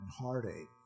heartache